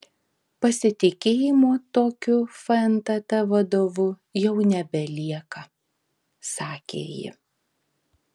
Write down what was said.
pasitikėjimo tokiu fntt vadovu jau nebelieka sakė ji